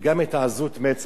אני כמעט לא ישנתי הלילה.